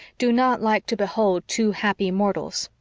do not like to behold too happy mortals.